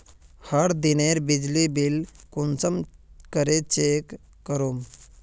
हर दिनेर बिजली बिल कुंसम करे चेक करूम?